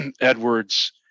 Edwards